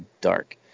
dark